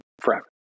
forever